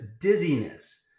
dizziness